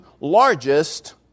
largest